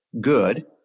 good